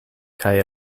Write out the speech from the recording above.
kaj